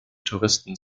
touristen